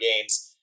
games